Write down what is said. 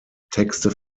texte